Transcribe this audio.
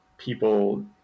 people